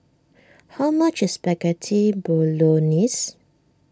how much is Spaghetti Bolognese